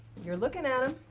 you're looking at him.